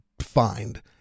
find